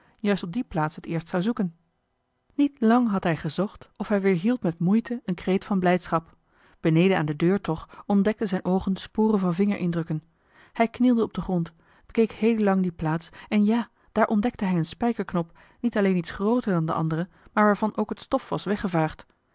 juist op die plaats het eerst zou zoeken niet lang had hij gezocht of hij weerhield met moeite een kreet van blijdschap beneden aan de deur toch ontdekten zijn oogen sporen van vinger indrukken hij knielde op den grond bekeek heel lang die plaats en ja daar ontdekte hij een spijkerknop niet alleen iets grooter dan de andere maar waarvan ook het stof was weggevaagd